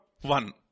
one